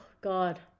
God